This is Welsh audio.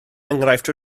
enghraifft